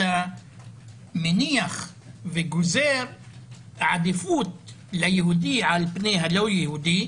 אתה מניח וגוזר עדיפות ליהודי על פני הלא יהודי,